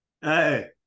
Hey